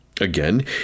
Again